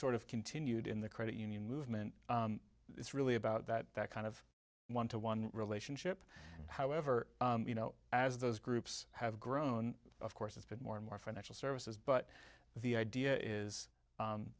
sort of continued in the credit union movement it's really about that that kind of one to one relationship however you know as those groups have grown of course it's been more and more financial services but the idea is